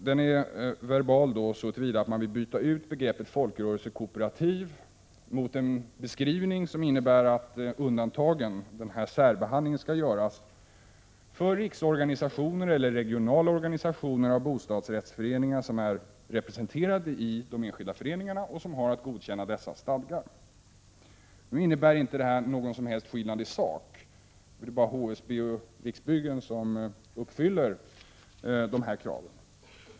Den är verbal så till vida att man vill byta ut begreppet folkrörelsekooperativ mot en beskrivning som innebär att undantagen — särbehandlingen — skall göras för ”riksorganisation eller regional organisation för bostadsrättsföreningar, som är representerad i föreningarna och skall godkänna föreningarnas stadgar”. Det innebär inte någon som helst skillnad i sak — det är bara HSB och Riksbyggen som uppfyller de kraven.